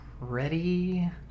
ready